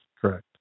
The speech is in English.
Correct